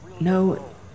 No